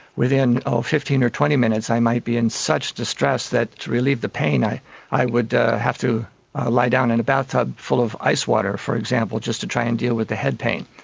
within fifteen or twenty minutes i might be in such distress that to relieve the pain i i would have to lie down in a bathtub full of ice water, for example, just to try and deal with the head pain.